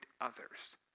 others